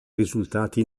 risultati